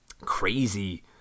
crazy